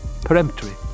peremptory